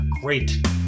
great